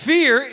Fear